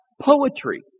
poetry